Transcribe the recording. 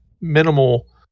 minimal